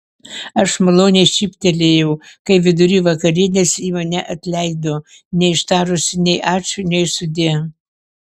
aš maloniai šyptelėjau kai vidury vakarienės ji mane atleido neištarusi nei ačiū nei sudie